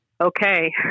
okay